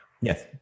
Yes